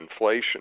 inflation